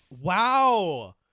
wow